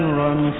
run